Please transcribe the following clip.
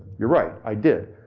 you're right, i did.